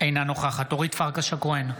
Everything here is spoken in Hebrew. אינה נוכחת אורית פרקש הכהן,